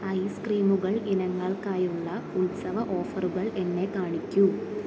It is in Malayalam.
ഐസ്ക്രീമുകൾ ഇനങ്ങൾക്കായുള്ള ഉത്സവ ഓഫറുകൾ എന്നെ കാണിക്കൂ